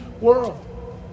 world